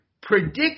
predict